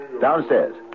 Downstairs